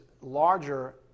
larger